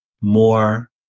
more